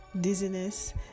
dizziness